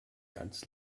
ganz